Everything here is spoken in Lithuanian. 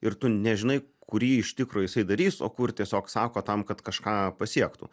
ir tu nežinai kurį iš tikro jisai darys o kur tiesiog sako tam kad kažką pasiektų